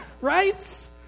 right